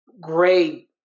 great